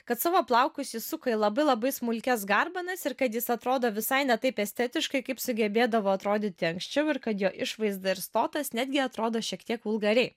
kad savo plaukus jis suka į labai labai smulkias garbanas ir kad jis atrodo visai ne taip estetiškai kaip sugebėdavo atrodyti anksčiau ir kad jo išvaizda ir stotas netgi atrodo šiek tiek vulgariai